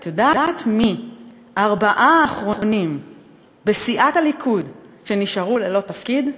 את יודעת מי ארבעת האחרונים בסיעת הליכוד שנשארו ללא תפקיד?